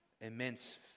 immense